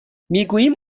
میگوییم